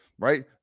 Right